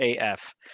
AF